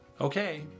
Okay